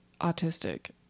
autistic